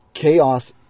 Chaos